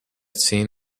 seen